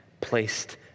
placed